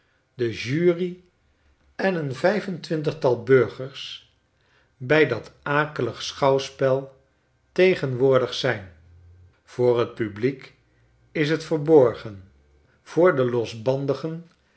de jury en een vijf en twintigtal burgers bij dat akelig schouwspel tegenwoordig zijn voor t publiek is het verborgen voor de